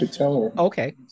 Okay